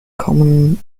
common